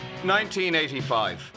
1985